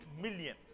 million